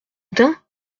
dain